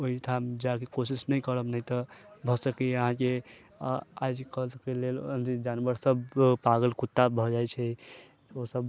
ओहिठाम जाएके कोशिश नहि करब नहि तऽ भऽ सकैए अहाँ जे आज कलके लेल जानवरसभ पागल कुत्ता भऽ जाइ छै ओसभ